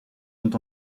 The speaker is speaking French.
sont